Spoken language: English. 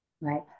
right